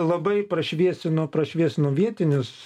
labai prašviesino prašviesino vietinius